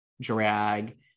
drag